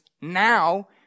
now